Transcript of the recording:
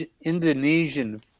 Indonesian